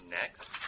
Next